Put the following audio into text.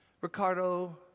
Ricardo